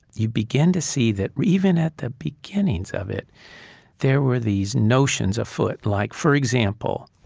you begin to see that even at the beginnings of it there were these notions afoot. like, for example,